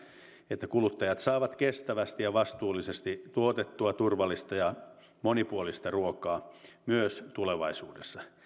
että kuluttajat saavat kestävästi ja vastuullisesti tuotettua turvallista ja monipuolista ruokaa myös tulevaisuudessa